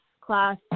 class